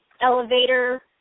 elevator